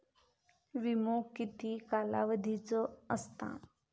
विमो किती कालावधीचो असता?